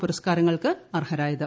പുരസ്കാരങ്ങൾക്ക് അർഹരായത്